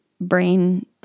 brain